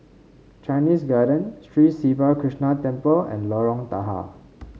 Chinese Garden Sri Siva Krishna Temple and Lorong Tahar